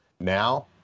Now